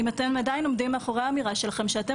אם אתם עדיין עומדים מאחורי האמירה שלכם שאתם